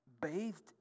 bathed